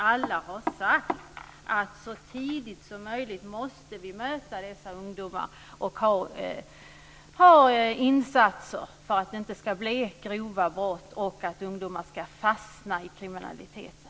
Alla har sagt att vi så tidigt som möjligt måste möta dessa ungdomar och göra insatser, för att ungdomar inte ska begå grova brott och fastna i kriminaliteten.